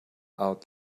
out